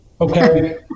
okay